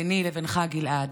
ביני לבינך, גלעד,